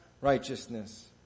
righteousness